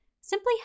simply